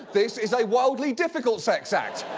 this is a wildly difficult sex act.